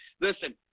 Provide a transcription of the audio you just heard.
Listen